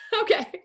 Okay